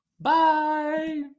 Bye